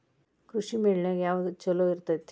ಕೃಷಿಮೇಳ ನ್ಯಾಗ ಯಾವ್ದ ಛಲೋ ಇರ್ತೆತಿ?